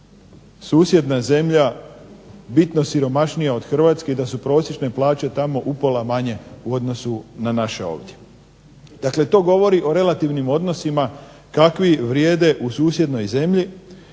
susjedna zemlja bitno siromašnija od Hrvatske i da su prosječne plaće tamo upola manje u odnosu na naše ovdje. Dakle to govori o relativnim odnosima kakvi vrijede u susjednoj zemlji